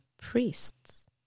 priests